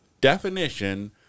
definition